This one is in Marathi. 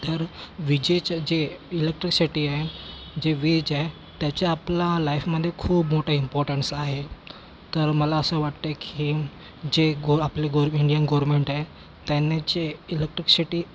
तर विजेचं जे इलेक्ट्रिसिटी आहे जे विजे त्याच्या आपला लाईफमधे खूप मोठा इम्पॉर्टन्स आहे तर मला असं वाटतंय की जे गो आपलं गोर इंडियन गोरमेंट आहे त्यांचे इलेक्ट्रिकसिटी